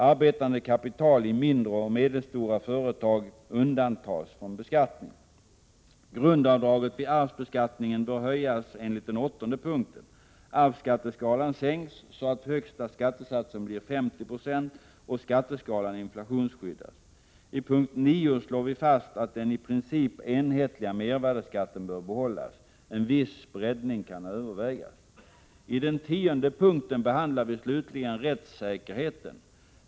Arbetande kapital i mindre och medelstora företag undantas från beskattning. Grundavdraget vid arvsbeskattningen bör höjas enligt den åttonde punkten. Arvsskatteskalan sänks så att högsta skattesatsen blir 50 96, och skatteskalan inflationsskyddas. I punkt 9 slår vi fast att den i princip enhetliga mervärdeskatten bör behållas. En viss breddning kan övervägas. I den tionde punkten behandlar vi slutligen rättssäkerheten.